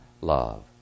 love